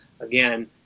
again